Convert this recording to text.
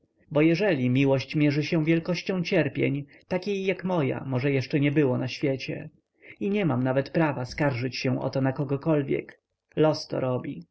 bo jeżeli miłość mierzy się wielkością cierpień takiej jak moja może jeszcze nie było na świecie i nie mam nawet prawa skarżyć się o to na kogokolwiek los to robi